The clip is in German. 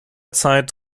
zeit